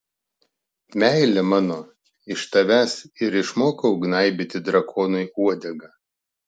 meile mano iš tavęs ir išmokau gnaibyti drakonui uodegą